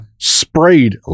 sprayed